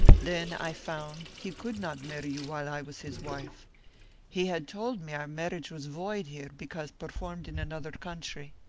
then i found he could not marry you while i was his wife he had told me our marriage was void here because performed in another country.